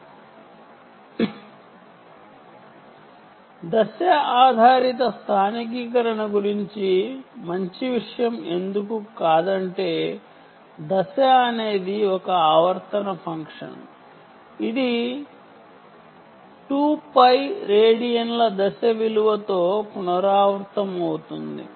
face ఆధారిత స్థానికీకరణ మంచి విషయం ఎందుకంటే ఫేస్ అనేది ఒక పీరియాడిక్ ఫంక్షన్ ఇది 2 పై రేడియన్ల ఫేస్ విలువ తో పునరావృతమవుతుంది